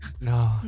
No